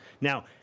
Now